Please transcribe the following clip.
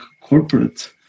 corporate